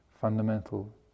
fundamental